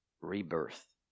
Rebirth